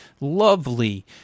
lovely